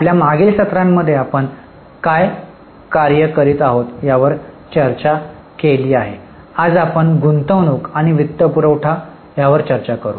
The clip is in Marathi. आपल्या मागील सत्रामध्ये आपण काय कार्य करीत आहोत यावर चर्चा केली आहे आज आपण गुंतवणूक आणि वित्तपुरवठा करू